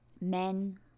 men